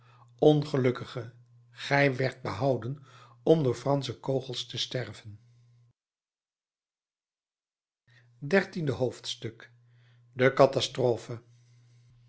ongelukkige gij werdt behouden om door fransche kogels te sterven dertiende hoofdstuk de catastrophe